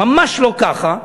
ממש לא ככה.